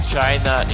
China